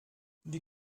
die